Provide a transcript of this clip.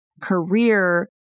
career